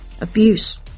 abuse